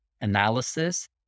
analysis